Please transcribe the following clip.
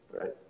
right